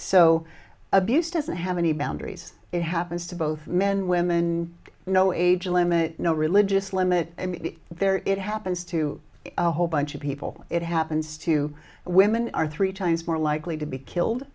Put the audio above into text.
so abuse doesn't have any boundaries it happens to both men women no age limit no religious limit there it happens to a whole bunch of people it happens to women are three times more likely to be killed